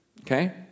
Okay